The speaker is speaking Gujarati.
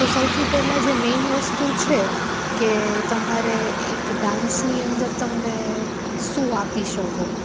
તો સૌથી પહેલાં જે મેઈન વસ્તુ છે કે તમારે એક ડાન્સની અંદર તમે શું આપી શકો